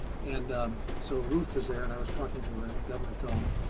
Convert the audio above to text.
and so ruth was there, and i was talking to her and governor thone.